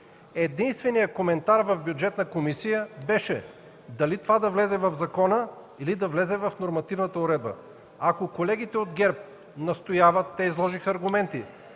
Единственият коментар в Комисията по бюджет и финанси беше дали това да влезе в закона, или да влезе в нормативната уредба. Ако колегите от ГЕРБ настояват, те изложиха аргументи,